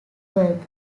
work